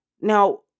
Now